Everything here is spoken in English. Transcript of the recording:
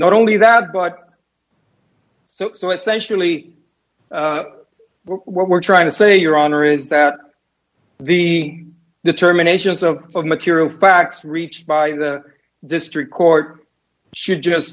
not only that but so essentially what we're trying to say your honor is that the determinations of material facts reached by the district court should just